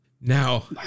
Now